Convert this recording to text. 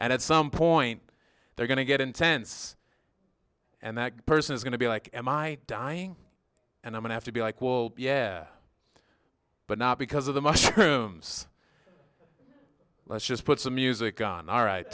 and at some point they're going to get intense and that person is going to be like am i dying and i don't have to be like will yeah but not because of the mushrooms let's just put some music on all right